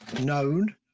known